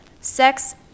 Sex